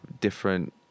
different